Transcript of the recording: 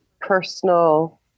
personal